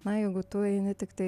na jeigu tu eini tiktai